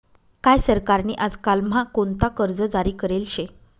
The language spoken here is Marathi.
काय सरकार नी आजकाल म्हा कोणता कर्ज जारी करेल शे